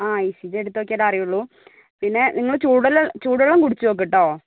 ആ E C G എടുത്ത് നോക്കിയാലേ അറിയുള്ളൂ പിന്നെ നിങ്ങൾ ചൂടുള്ള ചൂട് വെള്ളം കുടിച്ച് നോക്കെട്ടോ